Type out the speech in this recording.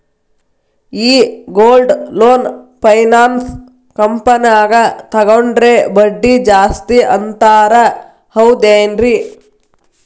ಈ gold loan finance ಕಂಪನ್ಯಾಗ ತಗೊಂಡ್ರೆ ಬಡ್ಡಿ ಜಾಸ್ತಿ ಅಂತಾರ ಹೌದೇನ್ರಿ?